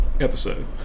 episode